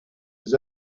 his